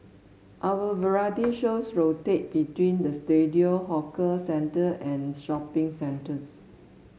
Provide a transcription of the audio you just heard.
our variety shows rotate between the studio hawker centre and shopping centres